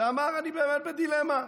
ואמר: אני באמת בדילמה.